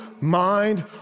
mind